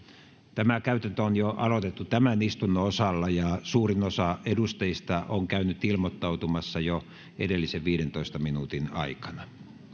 tämä käytäntö on jo aloitettu tämän istunnon osalla ja suurin osa edustajista on käynyt ilmoittautumassa jo edellisen viidentoista minuutin aikana